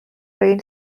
train